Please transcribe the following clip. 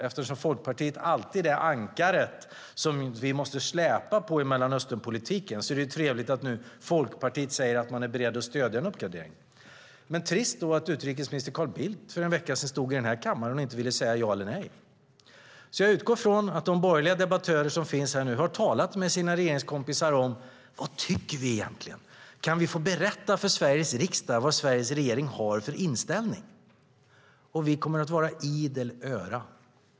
Eftersom Folkpartiet alltid är ankaret som vi måste släpa på i Mellanösternpolitiken är det trevligt att Folkpartiet nu säger att man är beredd att stödja en uppgradering. Men trist då att utrikesminister Carl Bildt för en vecka sedan stod här i den här kammaren och inte ville säga ja eller nej. Jag utgår från att de borgerliga debattörer som finns här nu har talat med sina regeringskompisar: Vad tycker vi egentligen? Kan vi få berätta för Sveriges riksdag vad Sveriges regering har för inställning? Vi kommer att vara idel öra.